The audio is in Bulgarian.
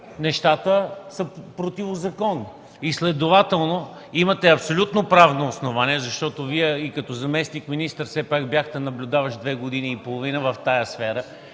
нещата са противозаконни. Следователно имате абсолютно правно основание, защото и като заместник-министър бяхте наблюдаващ две години и половина в тази сфера